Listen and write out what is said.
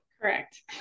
correct